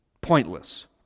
pointless